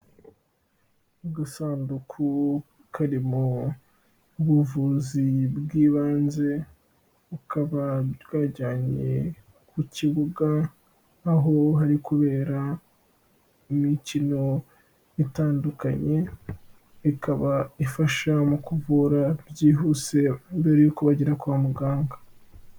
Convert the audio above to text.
Agasanduku karirimo ubuvuzi bw'ibanze, bukaba bwajyanye ku kibuga, aho hari kubera imikino itandukanye, ikaba ifasha mu kuvura byihuse mbere y'uko bagera kwa muganga.